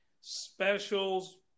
specials